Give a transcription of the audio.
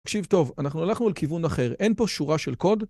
‫הקשיב, טוב, אנחנו הלכנו ‫אל כיוון אחר, אין פה שורה של קוד.